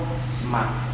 smart